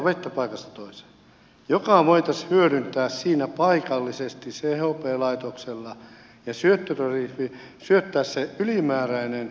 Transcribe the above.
se hake voitaisiin hyödyntää siinä paikallisesti chp laitoksessa ja syöttää se ylimääräinen energia paikalliseen verkkoon